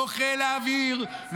לא חיל האוויר,